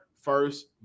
first